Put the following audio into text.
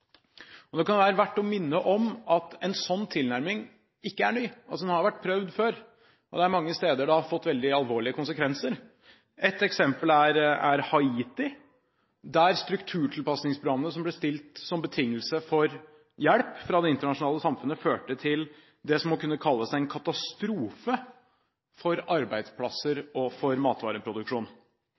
Det kan være verdt å minne om at en sånn tilnærming ikke er ny. Den har vært prøvd før. Det er mange steder det har fått veldig alvorlige konsekvenser. Ett eksempel er Haiti, der strukturtilpasningsprogrammet som ble stilt som betingelse for hjelp fra det internasjonale samfunnet, førte til det som må kunne kalles en katastrofe for arbeidsplasser og for matvareproduksjon.